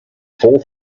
fall